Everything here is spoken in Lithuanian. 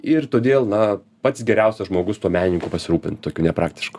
ir todėl na pats geriausias žmogus tuo menininku pasirūpint tokiu nepraktišku